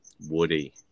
woody